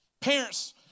Parents